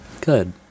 Good